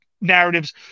narratives